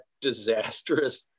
disastrous